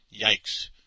Yikes